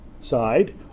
side